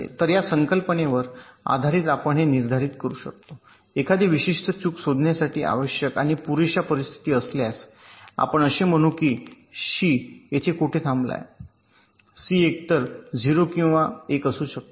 तर या संकल्पनेवर आधारित आपण हे निर्धारित करू शकतो एखादी विशिष्ट चूक शोधण्यासाठी आवश्यक आणि पुरेशा परिस्थिती असल्यास आपण असे म्हणू की शी येथे कोठे थांबला आहे सी एकतर 0 किंवा 1 असू शकते